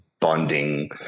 bonding